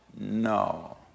No